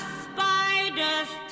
spider's